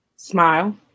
Smile